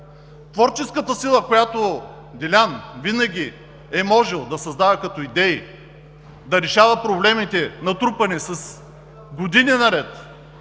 Творческата сила, която Делян винаги е можел да създава като идеи, да решава проблемите, натрупани години наред